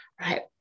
right